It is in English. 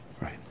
Right